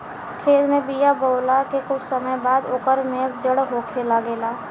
खेत में बिया बोआला के कुछ समय बाद ओकर में जड़ होखे लागेला